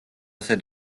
ასე